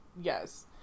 yes